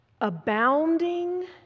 abounding